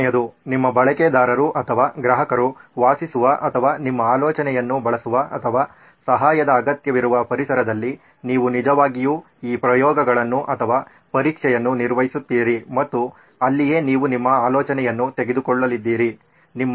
ಮೂರನೆಯದು ನಿಮ್ಮ ಬಳಕೆದಾರರು ಅಥವಾ ಗ್ರಾಹಕರು ವಾಸಿಸುವ ಅಥವಾ ನಿಮ್ಮ ಆಲೋಚನೆಯನ್ನು ಬಳಸುವ ಅಥವಾ ಸಹಾಯದ ಅಗತ್ಯವಿರುವ ಪರಿಸರದಲ್ಲಿ ನೀವು ನಿಜವಾಗಿಯೂ ಈ ಪ್ರಯೋಗಗಳನ್ನು ಅಥವಾ ಪರೀಕ್ಷೆಯನ್ನು ನಿರ್ವಹಿಸುತ್ತೀರಿ ಮತ್ತು ಅಲ್ಲಿಯೇ ನೀವು ನಿಮ್ಮ ಆಲೋಚನೆಯನ್ನು ತೆಗೆದುಕೊಳ್ಳಲಿದ್ದೀರಿ